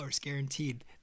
guaranteed